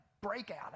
breakout